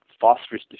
phosphorus